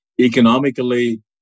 economically